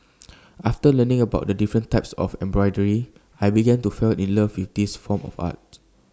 after learning about the different types of embroidery I began to fall in love with this form of art